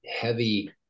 heavy